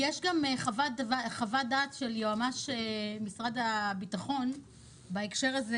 יש גם חוות דעת של יועמ"ש משרד הביטחון בהקשר הזה,